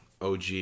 OG